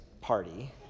party